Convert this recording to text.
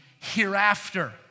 hereafter